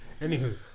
Anywho